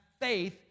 faith